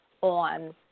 on